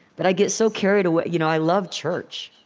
but i get so carried away. you know i love church.